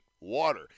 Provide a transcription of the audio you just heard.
water